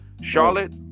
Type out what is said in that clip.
Charlotte